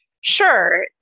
sure